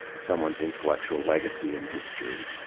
someone's intellectual legacy and history,